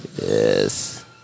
yes